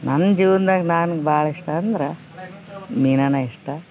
ನನ್ನ ಜೀವನ್ದಾಗ ನನ್ಗ ಭಾಳ್ ಇಷ್ಟ ಅಂದ್ರ ಮೀನನ ಇಷ್ಟ